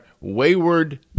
wayward